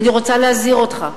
אני רוצה להזהיר אותך,